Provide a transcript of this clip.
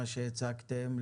מה שהצגתם,